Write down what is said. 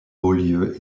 beaulieu